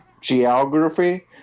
geography